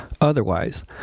Otherwise